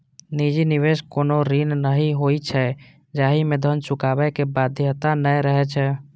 निजी निवेश कोनो ऋण नहि होइ छै, जाहि मे धन चुकाबै के बाध्यता नै रहै छै